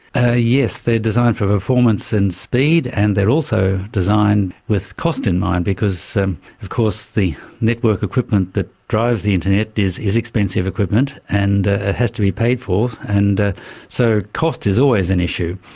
ah yes, they're designed for performance and speed, and they're also designed with cost in mind because of course the network equipment that drives the internet is is expensive equipment, and it ah has to be paid for. and ah so cost is always an issue.